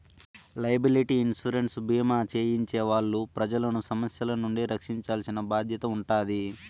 liability insurance భీమా చేయించే వాళ్ళు ప్రజలను సమస్యల నుండి రక్షించాల్సిన బాధ్యత ఉంటాది